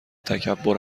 تکبر